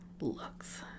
looks